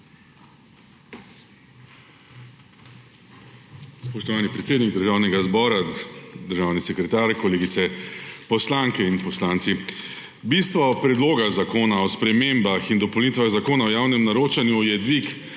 Spoštovani predsednik Državnega zbora, državni sekretar, kolegice poslanke in poslanci! Bistvo Predloga zakona o spremembah in dopolnitvah Zakona o javnem naročanju je dvig